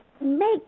Make